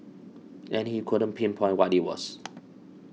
and he couldn't pinpoint what it was